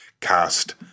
cast